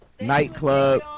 Nightclub